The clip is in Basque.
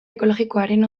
ekologikoaren